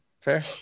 Fair